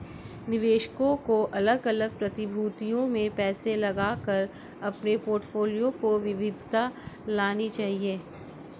निवेशकों को अलग अलग प्रतिभूतियों में पैसा लगाकर अपने पोर्टफोलियो में विविधता लानी चाहिए